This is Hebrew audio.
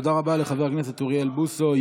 תודה רבה לחבר הכנסת אוריאל בוסו.